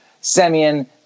Semyon